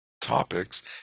topics